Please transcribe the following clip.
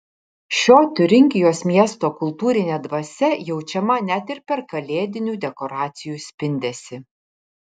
šio tiuringijos miesto kultūrinė dvasia jaučiama net ir per kalėdinių dekoracijų spindesį